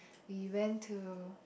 we went to